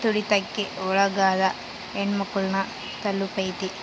ತುಳಿತಕ್ಕೆ ಒಳಗಾದ ಹೆಣ್ಮಕ್ಳು ನ ತಲುಪೈತಿ